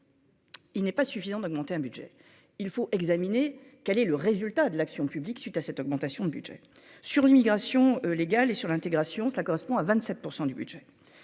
Il n'est pas suffisant d'augmenter un budget il faut examiner quel est le résultat de l'action publique suite à cette augmentation de budget sur l'immigration légale et sur l'intégration, cela correspond à 27 % du budget,